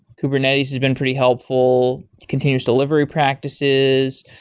kubernetes has been pretty helpful, continues delivery practices.